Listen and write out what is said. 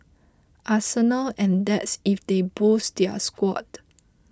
arsenal and that's if they boost their squad